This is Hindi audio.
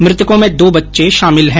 मृतकों में दो बच्चे शामिल है